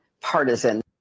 partisan